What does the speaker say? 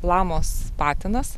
lamos patinas